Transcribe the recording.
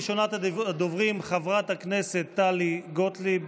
ראשונת הדוברים, חברת הכנסת טלי גוטליב.